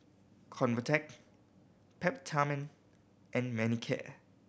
Convatec Peptamen and Manicare